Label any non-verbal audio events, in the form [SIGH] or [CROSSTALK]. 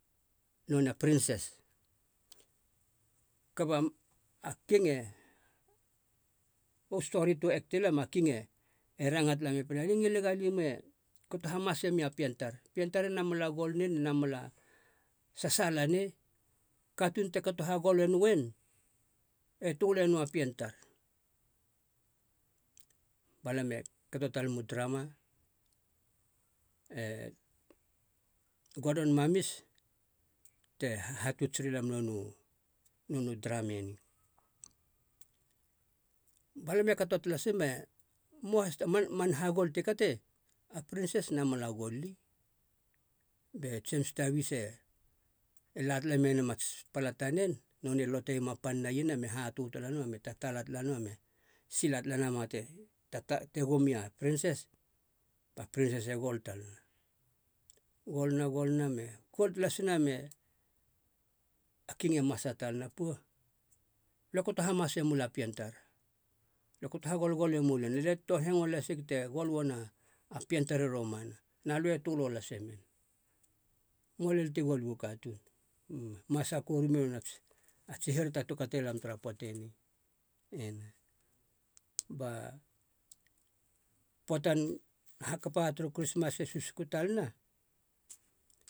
Nonei a prinses, kaba a king e, bu stori tu akti lam a king e ranga tala me poeiena, alie ngileg alimiou e kato hamase miou a pien tar. Pien tar ena mala gol nei ne na mala sasaala nei. Katuun te kato hagol noen e tule nou a pien tar. Ba lam e kato talem u trama, e gordon mamis te hahatuts rilam nonu nonu trame ni. Balam e kato talasim, [UNINTELLIGIBLE] a man hagol ti kati a prinses na mala gol ii. Be jamis tabis e la tala menama ats pala tanen, nonei e loteiema a pan nen a iena me hatö tala nama me tataala tala nama me sila tala nama [UNINTELLIGIBLE] te gum ia prinses ba prinses e gol talana, golna, golna me gol talasina me, a king e masa talana, puo, alö e kato hamasemula pien tar, alöe kato hagolgole mulen,. Alie toan hengoe lasig te gol uana a pien tar i romana na lö e tulo lase men. Moa lel ti gol uu katuun uu, masa koru mei nonats ats hirata ti kati lam tara poate ni, ena. Ba poatan hakapa turu krismas e susuku talana,